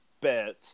bet